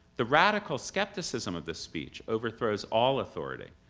the radical skepticism of this speech overthrows all authority,